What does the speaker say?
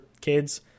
kids